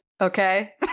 Okay